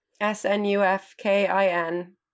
S-N-U-F-K-I-N